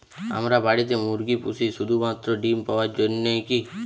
আমরা বাড়িতে মুরগি পুষি শুধু মাত্র ডিম পাওয়ার জন্যই কী?